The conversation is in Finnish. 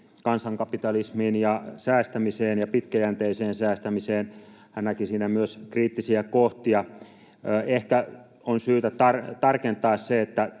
kansankapitalismiin ja säästämiseen ja pitkäjänteiseen säästämiseen. Hän näki siinä myös kriittisiä kohtia. Ehkä on syytä tarkentaa, että